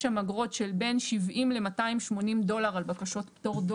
יש שם אגרות שבין 70 ל-280 דולר על בקשות פטור.